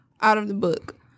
Out-of-the-book